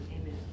amen